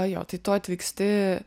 jo tai tu atvyksti